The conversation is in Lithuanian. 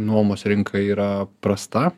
nuomos rinka yra prasta